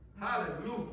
Hallelujah